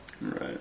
Right